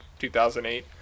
2008